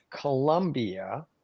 Colombia